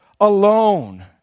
alone